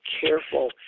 careful